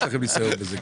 ויש לכם ניסיון בזה,